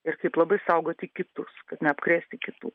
ir taip labai saugoti kitus kad neapkrėsti kitų